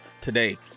today